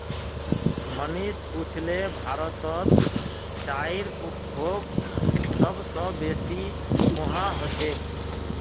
मनीष पुछले भारतत चाईर उपभोग सब स बेसी कुहां ह छेक